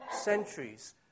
centuries